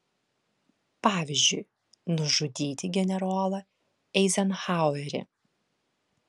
pavyzdžiui nužudyti generolą eizenhauerį